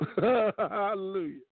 Hallelujah